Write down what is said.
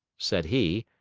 said he,